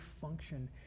function